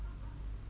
oh